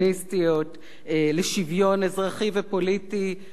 לשוויון אזרחי ופוליטי באירופה,